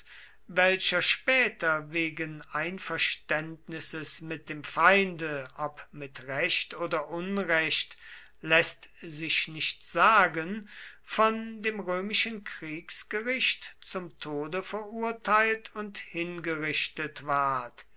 welcher später wegen einverständnisses mit dem feinde ob mit recht oder unrecht läßt sich nicht sagen von dem römischen kriegsgericht zum tode verurteilt und hingerichtet ward